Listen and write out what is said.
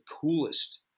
coolest